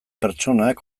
pertsonak